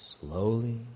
slowly